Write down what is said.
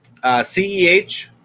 CEH